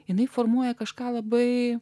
jinai formuoja kažką labai